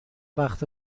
وقت